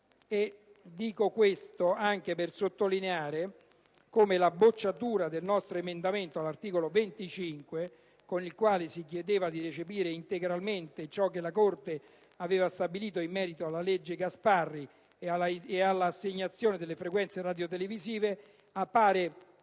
di mora. Ciò anche per sottolineare come la bocciatura del nostro emendamento all'articolo 25, con il quale si chiedeva di recepire integralmente ciò che la Corte di giustizia aveva stabilito in merito alla cosiddetta legge Gasparri e all'assegnazione delle frequenze radiotelevisive, appaia